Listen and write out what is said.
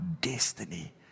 destiny